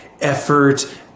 effort